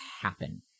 happen